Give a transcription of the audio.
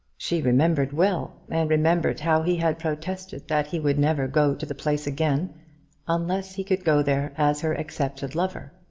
she remembered well, and remembered how he had protested that he would never go to the place again unless he could go there as her accepted lover.